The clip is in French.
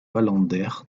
palander